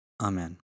Amen